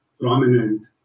prominent